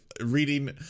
reading